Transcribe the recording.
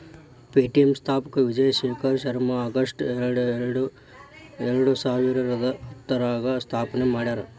Paytm ಸ್ಥಾಪಕ Vijay Shekhar Sharma August ಎರಡಸಾವಿರದ ಹತ್ತರಾಗ ಸ್ಥಾಪನೆ ಮಾಡ್ಯಾರ